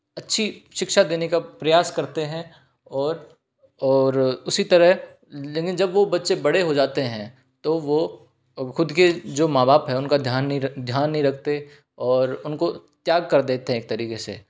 अच्छी शिक्षा देने का प्रयास करते हैं और और उसी तरह लेकिन जब वो बच्चे बड़े हो जाते हैं तो वो खुद के जो माँ बाप है उन का ध्यान नहीं रख ध्यान नहीं रखते और उनको त्याग कर देते है एक तरीके से